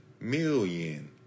million